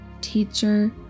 Teacher